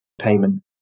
payment